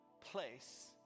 place